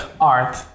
art